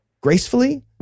gracefully